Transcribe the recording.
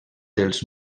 dels